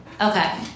Okay